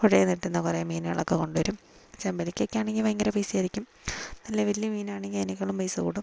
പുഴയിൽനിന്ന് കിട്ടുന്ന കുറെ മീനുകളൊക്കെ കൊണ്ടുവരും ചെമ്പല്ലിക്കൊക്കെയാണെങ്കിൽ ഭയങ്കര പൈസയായിരിക്കും അല്ലേ വലിയ മീനാണെങ്കിൽ അതിനേക്കാളും പൈസ കൂടും